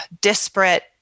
disparate